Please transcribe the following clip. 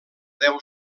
deu